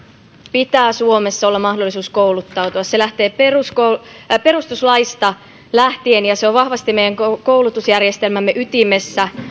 pitää suomessa olla mahdollisuus kouluttautua se lähtee perustuslaista ja se on vahvasti meidän koulutusjärjestelmämme ytimessä